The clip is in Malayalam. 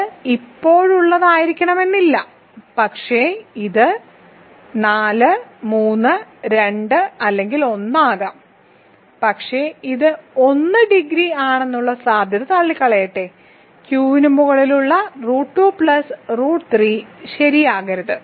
ഇത് ഇപ്പോഴുള്ളതായിരിക്കണമെന്നില്ല പക്ഷേ ഇത് 4 3 2 അല്ലെങ്കിൽ 1 ആകാം പക്ഷേ ഇത് 1 ഡിഗ്രി ആണെന്നുള്ള സാധ്യത തള്ളിക്കളയട്ടെ Q ന് മുകളിലുള്ള റൂട്ട് 2 പ്ലസ് റൂട്ട് 3 ശരിയാകരുത്